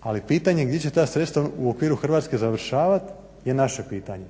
ali pitanje gdje će ta sredstva u okviru Hrvatske završavati je naše pitanje.